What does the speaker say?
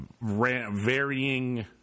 varying –